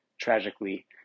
tragically